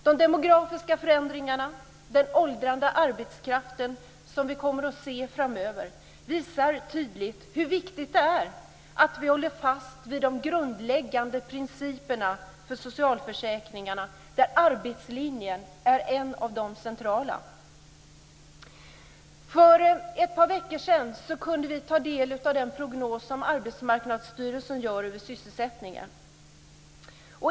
De demografiska förändringarna, den åldrande arbetskraften, som vi kommer att se framöver visar tydligt hur viktigt det är att vi håller fast vid de grundläggande principerna för socialförsäkringarna där arbetslinjen hör till det centrala. För ett par veckor sedan kunde vi ta del av den prognos som Arbetsmarknadsstyrelsen gör över sysselsättningen.